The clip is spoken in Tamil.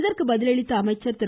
இதற்கு பதிலளித்த அமைச்சர் திரு